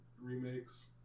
remakes